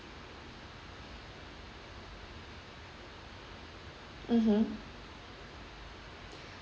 mmhmm